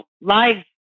live